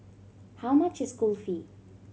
how much is Kulfi